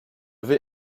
vais